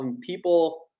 people